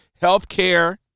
healthcare